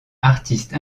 artiste